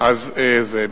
אז זה.